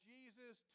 Jesus